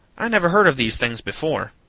i never heard of these things before.